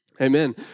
Amen